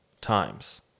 times